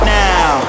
now